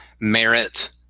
merit